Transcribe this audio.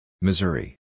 Missouri